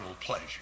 pleasure